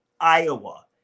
Iowa